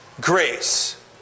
grace